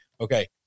okay